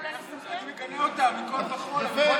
אני מגנה אותם מכול וכול.